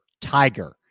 tiger